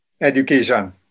Education